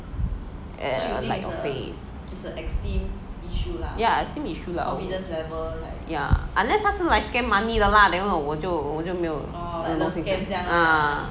err like your face ya esteem issue lah ya unless 他是 like scam money 的 lah then 我就我就没有没有东西讲 ah